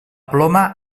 ploma